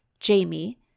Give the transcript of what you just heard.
Jamie